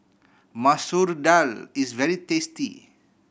Masoor Dal is very tasty